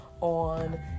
on